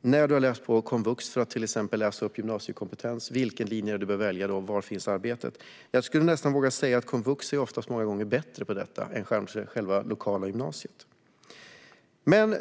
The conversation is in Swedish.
När man har läst på komvux för att till exempel läsa upp gymnasiekompetens, vad bör man då välja? Var finns arbetet? Jag skulle nästan våga säga att komvux många gånger är bättre på detta än det lokala gymnasiet.